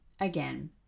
again